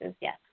yes